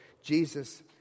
Jesus